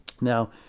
Now